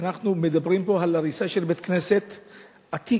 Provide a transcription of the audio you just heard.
אנחנו מדברים פה על הריסה של בית-כנסת עתיק,